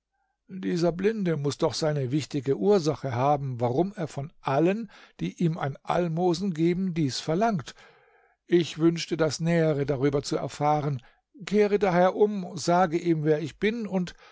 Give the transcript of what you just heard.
dieser blinde muß doch seine wichtige ursache haben warum er von allen die ihm ein almosen geben dies verlangt ich wünschte das nähere darüber zu erfahren kehre daher um sage ihm wer ich bin und